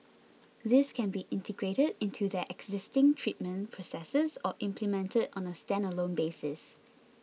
these can be integrated into their existing treatment processes or implemented on a standalone basis